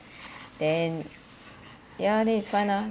then ya then it's fun ah